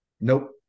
nope